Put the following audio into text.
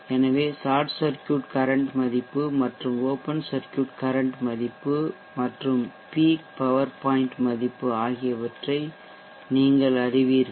எனவே short circuit current மதிப்பு மற்றும் ஓப்பன் சர்க்யூட் கரன்ட் மதிப்பு மற்றும் பீக் பவர் பாய்ன்ட் மதிப்பு ஆகியவற்றை நீங்கள் அறிவீர்கள்